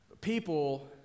People